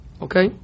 okay